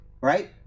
right